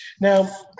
Now